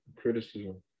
Criticism